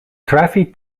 trafi